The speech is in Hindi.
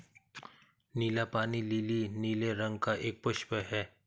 नीला पानी लीली नीले रंग का एक पुष्प है